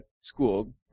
school